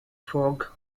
fog